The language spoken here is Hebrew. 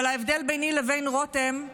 אבל ההבדל ביני לבין רותם הוא